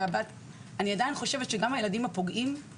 אני עדיין חושבת שגם הילדים הפוגעים הם